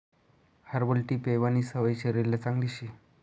herbal tea पेवानी सवय शरीरले चांगली शे